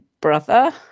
brother